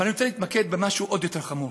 אבל אני רוצה להתמקד במשהו עוד יותר חמור,